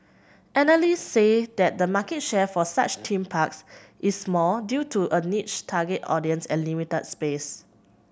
analysts say the market share for such theme parks is small due to a niche target audience and limited space